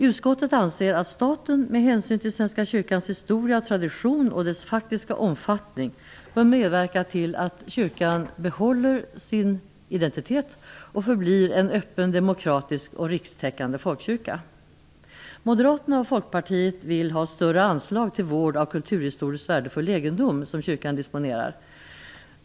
Utskottet anser att staten med hänsyn till Svenska kyrkans historia, dess tradition och faktiska omfattning, bör medverka till att kyrkan behåller sin identitet och förblir en öppen, demokratisk och rikstäckande folkkyrka. Moderaterna och Folkpartiet vill ha större anslag till vård av kulturhistoriskt värdefull egendom som kyrkan disponerar.